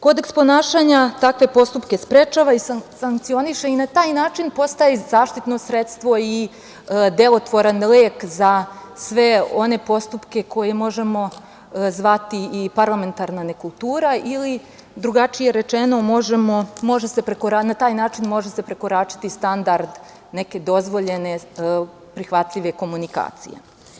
Kodeks ponašanja takve postupke sprečava i sankcioniše i na taj način postaje zaštitno sredstvo i delotvoran lek za sve one postupke koje možemo zvati i parlamentarna nekultura ili drugačije rečeno, na taj način može se prekoračiti standard neke dozvoljene prihvatljive komunikacije.